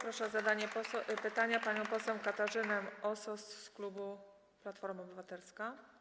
Proszę o zadanie pytania panią poseł Katarzynę Osos z klubu Platforma Obywatelska.